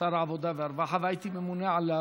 שר העבודה והרווחה והייתי ממונה על,